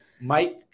Mike